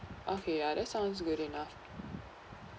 okay ya that sounds good enough